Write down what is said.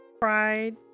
Pride